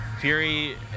Fury